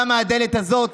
בא מהדלת הזאת,